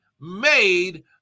made